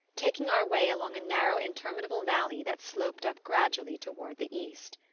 taking our way along a narrow interminable valley that sloped up gradually toward the east.